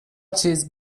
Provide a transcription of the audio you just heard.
چیز